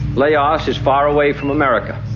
laos is far away from america,